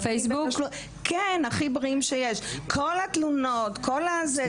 בדיוק לחשתי לה שכללית עושים עבודה נהדרת.